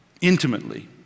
Intimately